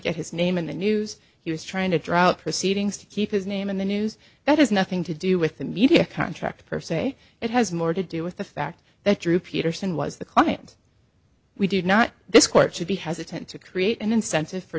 get his name in the news he was trying to draw out proceedings to keep his name in the news that has nothing to do with the media contract per se it has more to do with the fact that drew peterson was the client we did not this court should be hesitant to create an incentive for